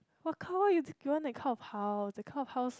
what call you you want that kind of house that kind of house